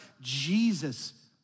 Jesus